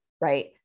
right